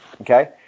Okay